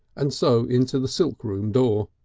and so into the silkroom door.